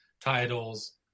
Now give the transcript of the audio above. titles